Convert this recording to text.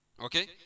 okay